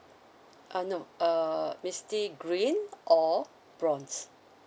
uh no uh misty green or bronze